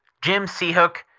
jim seahook,